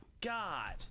god